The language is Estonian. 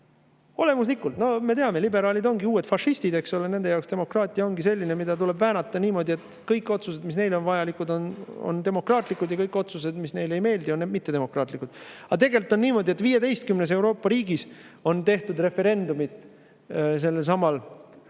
Olemuslikult! Me teame, liberaalid ongi uued fašistid, eks ole, nende jaoks demokraatia ongi selline, mida tuleb väänata niimoodi, nagu kõik otsused, mis neile on vajalikud, oleks demokraatlikud, ja kõik otsused, mis neile ei meeldi, oleks mittedemokraatlikud. Aga tegelikult on niimoodi, et 15‑s Euroopa riigis on tehtud referendum sellelsamal